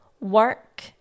work